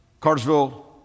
Cartersville